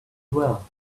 well